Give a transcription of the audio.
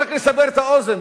רק לסבר את האוזן,